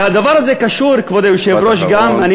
והדבר הזה קשור, כבוד היושב-ראש, משפט אחרון.